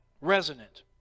resonant